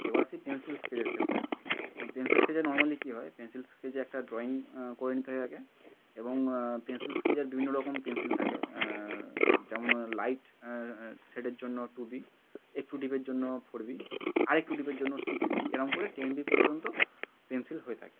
এবার আসছি পেনসিল স্কেচের ক্ষেত্রে পেনসিল স্কেচে নরমালি কী হয় পেনসিল স্কেচে একটা ড্রয়িং করে নিতে হয় আগে এবং পেনসিল স্কেচের বিভিন্ন রকম পেনসিল থাকে যেমন হয় লাইট শেডের জন্য টুবি একটু ডিপের জন্য ফোর বি আর একটু ডিপের জন্য সিক্স বি এরম করে টেন বি পর্যন্ত পেনসিল হয়ে থাকে